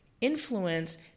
influence